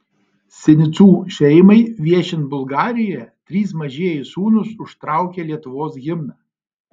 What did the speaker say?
sinicų šeimai viešint bulgarijoje trys mažieji sūnūs užtraukė lietuvos himną